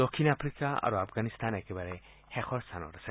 দক্ষিণ আফ্ৰিকা আৰু আফগানিস্তান একেবাৰে শেষৰ স্থানত আছে